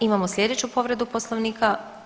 Imamo sljedeću povredu Poslovnika.